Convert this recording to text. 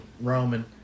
Roman